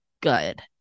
good